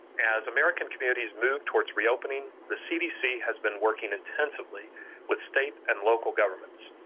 as american communities move towards reopening, the cdc has been working intensively with state and local governments.